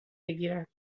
بگیرد